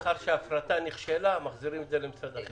לאחר שההפרטה נכשלה מחזירים את זה למשרד החינוך.